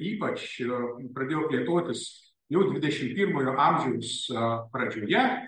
ypač pradėjo plėtotis jau dvidešimt pirmojo amžiaus pradžioje